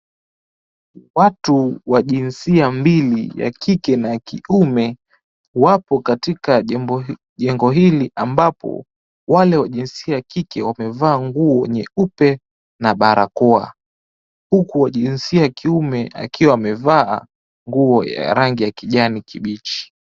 Watu wa jinsia mbili, ya kike na ya kiume, wapo katika jengo hili. Ambapo wale wa jinsia ya kike wamevaa nguo nyeupe na barakoa, huku wa jinsia ya kiume akiwa amevaa nguo ya rangi ya kijani kibichi.